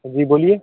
जी बोलिए